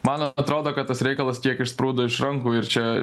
man atrodo kad tas reikalas kiek išsprūdo iš rankų ir čia